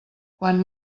quan